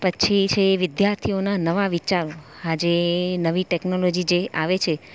પછી જે વિદ્યાર્થીઓના નવા વિચારો આજે નવી જે ટેકનોલોજી જે આવે છે